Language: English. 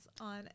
on